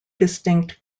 distinct